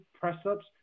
press-ups